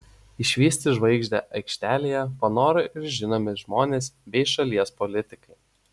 išvysti žvaigždę aikštelėje panoro ir žinomi žmonės bei šalies politikai